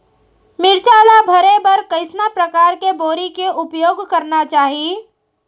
मिरचा ला भरे बर कइसना परकार के बोरी के उपयोग करना चाही?